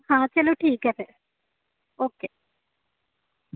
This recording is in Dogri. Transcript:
हां चलो ठीक ऐ फिर ओके